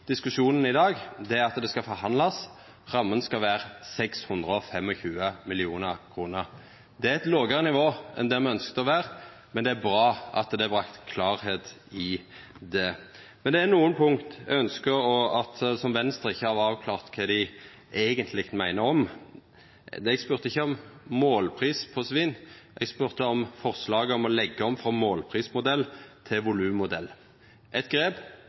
diskusjonen i dag, er at det skal forhandlast, ramma skal vera 625 mill. kr. Det er eit lågare nivå enn det me ønskte det skulle vera, men det er bra at det er brakt klarleik i det. Men det er på nokre punkt der Venstre ikkje har avklart kva dei eigentleg meiner. Eg spurde ikkje om målpris på svin; eg spurde om forslaget om å leggja om frå ein målprismodell til ein volummodell, eit grep